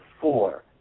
four